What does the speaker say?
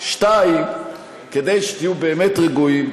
2. כדי שתהיו באמת רגועים,